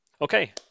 Okay